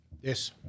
Yes